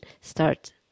start